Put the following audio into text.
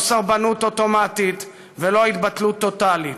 לא סרבנות אוטומטית ולא התבטלות טוטלית.